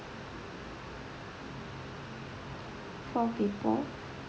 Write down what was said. four people